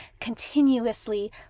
continuously